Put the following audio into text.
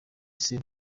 isi